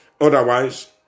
Otherwise